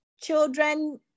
children